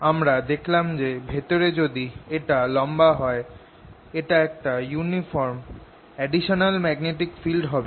আমরা দেখলাম যে ভেতরে যদি এটা লম্বা হয় এটা একটা ইউনিফর্ম এডিশানাল ম্যাগনেটিক ফিল্ড হবে